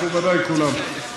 מכובדי כולם.